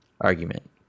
argument